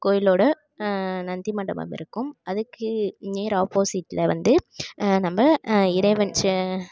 கோயிலோடய நந்தி மண்டபம் இருக்கும் அதுக்கு நேர் ஆப்போசிட்டில் வந்து நம்ப இறைவன் சே